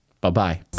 Bye-bye